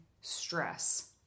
stress